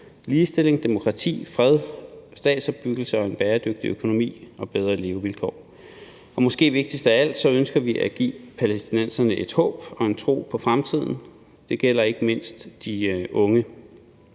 ligestilling, demokrati, fred, statsopbyggelse, en bæredygtig økonomi og bedre levevilkår, og måske vigtigst af alt ønsker vi at give palæstinenserne et håb og en tro på fremtiden. Det gælder ikke mindst de unge.